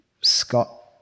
Scott